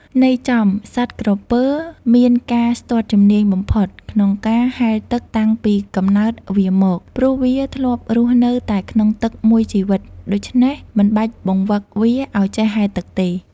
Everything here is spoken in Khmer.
ន័យចំ សត្វក្រពើ មានការស្ទាត់ជំនាញបំផុតក្នុងការហែលទឹកតាំងពីកំណើតវាមក ព្រោះវាធ្លាប់រស់នៅតែក្នុងទឹកមួយជីវិត ដូច្នេះមិនបាច់បង្វឹកវាឲ្យចេះហែលទឹកទេ ។